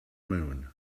moon